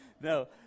No